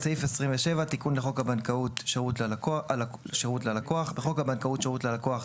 תיקון חוק הבנקאות (שירות ללקוח) 27. בחוק הבנקאות (שירות ללקוח),